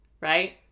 right